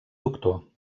doctor